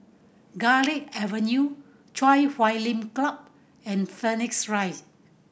Garlick Avenue Chui Huay Lim Club and Phoenix Rise